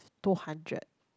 two hundred